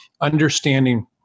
understanding